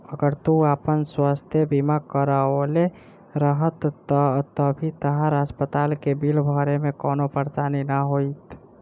अगर तू आपन स्वास्थ बीमा करवले रहत त अभी तहरा अस्पताल के बिल भरे में कवनो परेशानी ना होईत